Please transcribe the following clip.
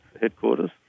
headquarters